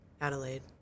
Adelaide